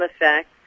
effect